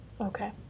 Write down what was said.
Okay